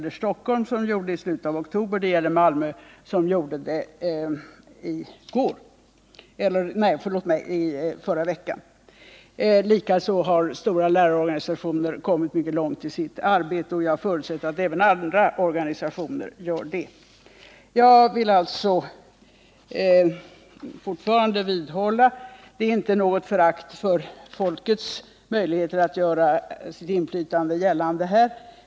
I Stockholm skedde detta i slutet av oktober och i Malmö i förra veckan. Likaså har stora lärarorganisationer kommit mycket långt i sitt arbete, och jag förutsätter att andra organisationer gjort detsamma. Jag vill alltså fortfarande vidhålla att det inte är fråga om något förakt för folkets möjligheter att göra sig gällande.